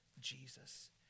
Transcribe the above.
Jesus